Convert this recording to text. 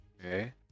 Okay